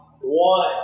One